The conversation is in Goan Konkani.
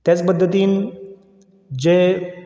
तेच पद्दतीन जें